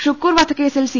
ഷുക്കൂർ വധക്കേസിൽ സി